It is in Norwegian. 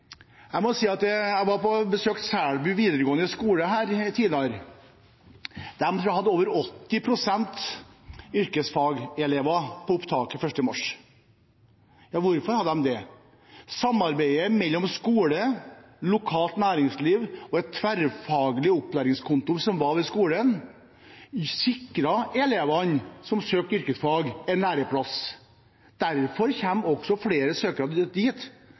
må jeg si at jeg var på besøk på Selbu videregående skole tidligere. De hadde over 80 pst. yrkesfagelever på opptaket 1. mars. Hvorfor hadde de det? Samarbeidet mellom skole, lokalt næringsliv og et tverrfaglig opplæringskontor ved skolen sikret elevene som søkte yrkesfag, en læreplass. Derfor kommer også flere søkere